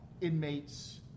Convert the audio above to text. inmates